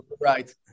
Right